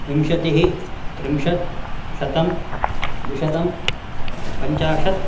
विंशतिः त्रिंशत् शतं द्विशतं पञ्चाशत्